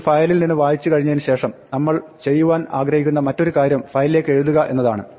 ഒരു ഫയലിൽ നിന്ന് വായിച്ചു കഴിഞ്ഞതിന് ശേഷം നമ്മൾ ചെയ്യുവാൻ ആഗ്രഹിക്കുന്ന മറ്റൊരു കാര്യം ഫയലിലേക്ക് എഴുതുക എന്നതാണ്